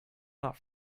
not